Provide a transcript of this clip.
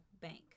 bank